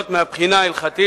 איפה זה כתוב אצלכם?